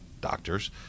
doctors